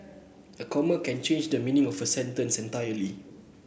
a comma can change the meaning of a sentence entirely